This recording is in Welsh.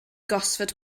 gosford